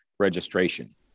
Registration